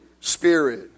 Spirit